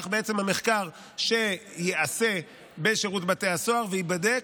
במחקר, שייעשה בשירות בתי הסוהר וייבדק,